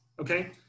okay